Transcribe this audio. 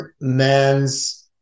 man's